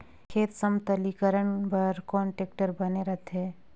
खेत समतलीकरण बर कौन टेक्टर बने रथे?